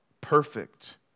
Perfect